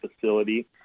facility